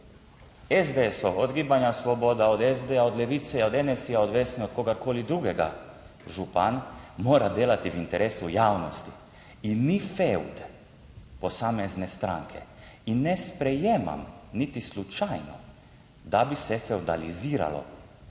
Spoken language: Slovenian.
SDS od gibanja Svoboda, od SD od Levice od Nsi, odvisno od kogarkoli drugega, župan mora delati v interesu javnosti in ni fevd posamezne stranke. In ne sprejemam niti slučajno, da bi se fevdaliziralo